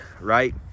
right